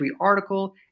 article